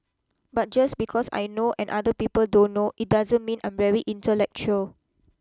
but just because I know and other people don't know it doesn't mean I'm very intellectual